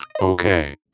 Okay